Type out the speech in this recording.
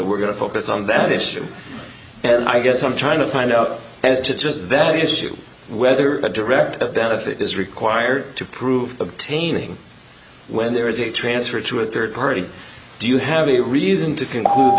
we're going to focus on that issue and i guess i'm trying to find out as to just value issue whether a direct benefit is required to prove obtaining when there is a transfer to a third party do you have a reason to the